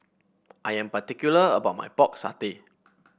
I am particular about my Pork Satay